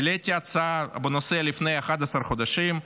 העליתי הצעה בנושא לפני 11 חודשים,